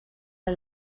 der